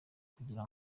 kugira